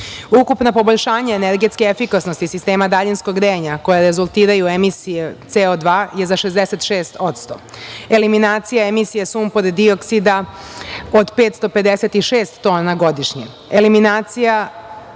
poboljšanja energetske efikasnosti sistema daljinskog grejanja koja rezultiraju emisije CO2 je za 66%, eliminacija emisije sumpor-dioksida od 556 tona godišnje,